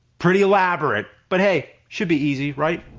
pretty elaborate, but hey should be easy, right?